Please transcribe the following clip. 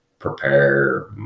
Prepare